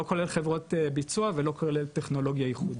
לא כולל חברות ביצוע ולא כולל טכנולוגיות ייחודיות.